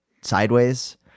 sideways